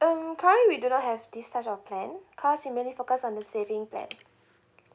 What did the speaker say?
um currently we do not have this such of plan cause we mainly focus on the saving plan